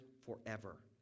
forever